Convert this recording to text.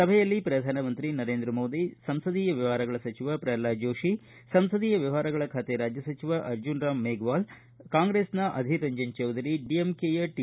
ಸಭೆಯಲ್ಲಿ ಪ್ರಧಾನ ಮಂತ್ರಿ ನರೇಂದ್ರ ಮೋದಿ ಸಂಸದಿಯ ವ್ಯವಹಾರಗಳ ಸಚಿವ ಪ್ರಹ್ಲಾದ್ ಜೋಷಿ ಸಂಸದಿಯ ವ್ಲವಹಾರಗಳ ಖಾತೆ ರಾಜ್ಯ ಸಚಿವ ಅರ್ಜುನ ರಾಮ ಮೇಗವಾಲ್ ಕಾಂಗ್ರೆಸ್ನ ಅಧಿರ ರಂಜನ ಚೌದರಿ ಡಿಎಂಕೆನ ಟಿ